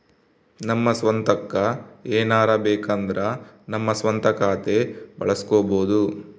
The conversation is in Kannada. ನಮ್ಮ ಸ್ವಂತಕ್ಕ ಏನಾರಬೇಕಂದ್ರ ನಮ್ಮ ಸ್ವಂತ ಖಾತೆ ಬಳಸ್ಕೋಬೊದು